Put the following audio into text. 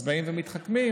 אז מתחכמים,